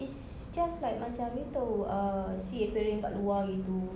it's just like macam you tahu uh sea aquarium dekat luar gitu